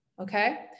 okay